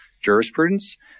jurisprudence